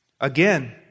Again